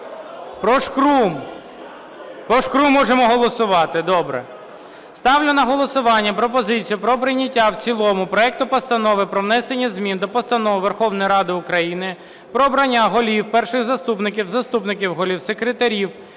Про Шкрум. Про Шкрум можемо голосувати? Добре. Ставлю на голосування пропозицію про прийняття в цілому проекту Постанови про внесення змін до Постанови Верховної Ради України "Про обрання голів, перших заступників, заступників голів, секретарів,